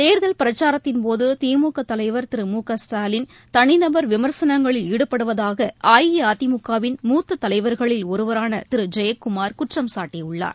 தோதல் பிரச்சாரத்தின்போதுதிமுகதலைவர் திரு பமு க ஸ்டாலின் தனிநபர் விமர்சனங்களில் ாடுபடுவதாகஅஇஅதிமுக வின் மூத்ததலைவா்களின் ஒருவரானதிருஜெயக்குமார் குற்றம் சாட்டியுள்ளார்